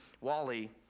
Wally